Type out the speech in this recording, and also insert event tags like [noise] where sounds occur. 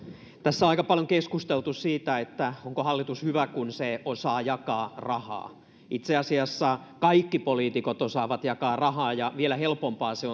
tässä aika paljon on keskusteltu siitä onko hallitus hyvä kun se osaa jakaa rahaa itse asiassa kaikki poliitikot osaavat jakaa rahaa ja vielä helpompaa se [unintelligible]